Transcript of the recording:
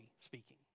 speaking